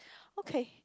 okay